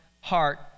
heart